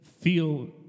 feel